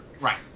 Right